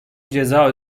ceza